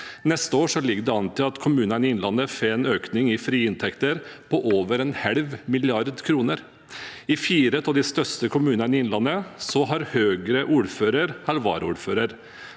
Neste år ligger det an til at kommunene i Innlandet får en økning i frie inntekter på over en halv milliard kroner. I fire av de største kommunene i Innlandet har Høyre ordføreren eller varaordføreren.